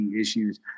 issues